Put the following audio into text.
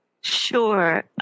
Sure